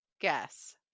guess